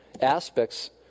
aspects